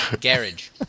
Garage